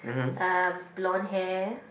uh blonde hair